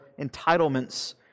entitlements